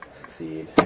Succeed